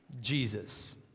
Jesus